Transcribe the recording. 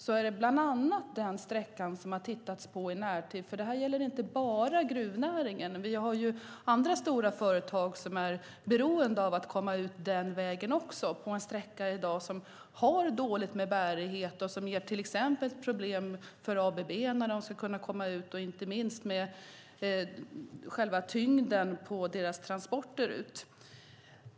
Det är bland annat den sträckan som man har tittat på i närtid eftersom detta inte gäller bara gruvnäringen. Vi har andra stora företag som också är beroende av att komma ut den vägen på en sträcka som i dag har dålig bärighet och som ger problem till exempel för ABB att komma ut, inte minst när det gäller tyngden på deras transporter.